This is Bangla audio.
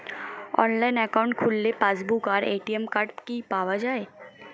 অনলাইন অ্যাকাউন্ট খুললে পাসবুক আর এ.টি.এম কার্ড কি পাওয়া যায়?